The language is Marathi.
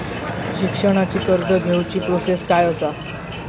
शिक्षणाची कर्ज घेऊची प्रोसेस काय असा?